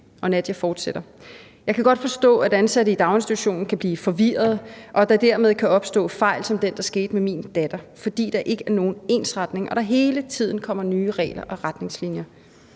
Og Nadia fortsætter: »Jeg kan godt forstå, at ansatte i daginstitutioner kan blive forvirrede, og at der dermed kan opstå fejl som den, der skete med min datter, fordi der ikke er nogen ensretning, og der hele tiden kommer nye regler og retningslinjer«.